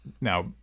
now